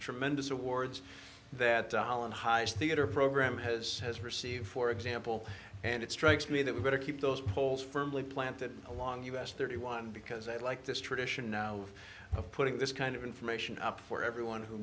tremendous awards that dahlan highest theater program has has received for example and it strikes me that we better keep those polls firmly planted along us thirty one because i like this tradition now of putting this kind of information up for everyone who